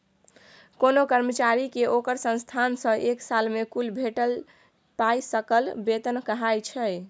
कोनो कर्मचारी केँ ओकर संस्थान सँ एक साल मे कुल भेटल पाइ सकल बेतन कहाइ छै